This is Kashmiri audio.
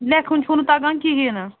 لٮ۪کھُن چھُو نہٕ تگان کہیٖنٛۍ نہٕ